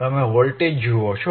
તમે વોલ્ટેજ જુઓ છો